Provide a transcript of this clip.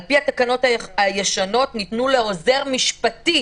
על-פי התקנות הישנות, ניתנו לעוזר משפטי